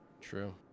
True